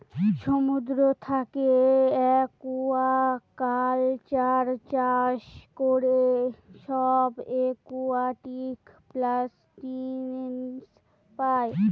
সমুদ্র থাকে একুয়াকালচার চাষ করে সব একুয়াটিক প্লান্টস পাই